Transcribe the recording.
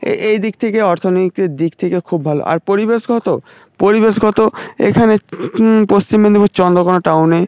এ এই দিক থেকে অর্থনৈতিক দিক থেকে খুব ভালো আর পরিবেশগত পরিবেশগত এখানে পশ্চিম মেদিনীপুর চন্দ্রকোণা টাউনে